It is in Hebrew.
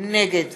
נגד